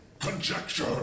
Conjecture